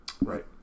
Right